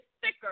thicker